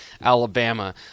Alabama